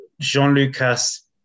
Jean-Lucas